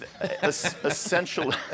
Essentially